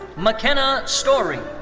mckenna storey.